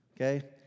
okay